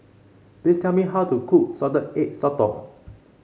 please tell me how to cook Salted Egg Sotong